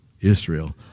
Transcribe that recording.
Israel